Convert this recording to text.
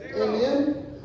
Amen